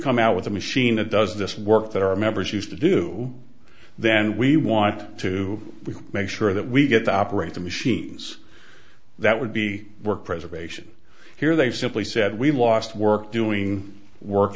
come out with a machine that does this work that our members used to do then we want to make sure that we get to operate the machines that would be work preservation here they simply said we lost work doing work